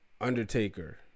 Undertaker